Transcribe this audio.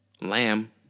lamb